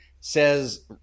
says